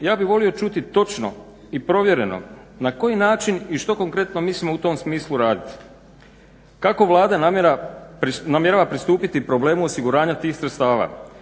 ja bi volio čuti točno i provjereno na koji način i što konkretno mislimo u tom smislu raditi, kako Vlada namjerava pristupiti problemu osiguranja tih sredstava,